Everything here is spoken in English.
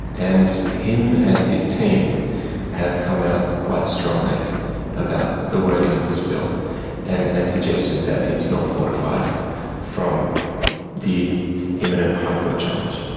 and him and his team have come out quite strongly about the wording of this bill and and suggested that it's not fortified from the imminent high court challenge.